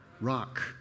rock